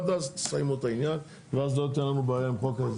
עד אז תסיימו את העניין ואז לא תהיה לנו בעיה עם חוק ההסדרים.